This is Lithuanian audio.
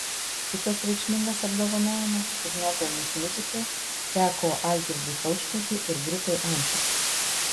kitas reikšmingas apdovanojimas už nuopelnus muzikai teko algirdui kaušpėdui ir grupei antis